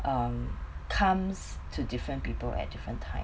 um comes to different people at different times